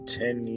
ten